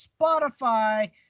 Spotify